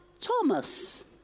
Thomas